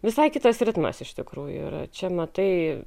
visai kitas ritmas iš tikrųjų ir čia matai